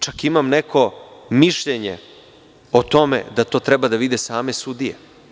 Čak imam neko mišljenje o tome da to treba da vide same sudije.